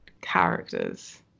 characters